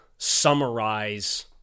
summarize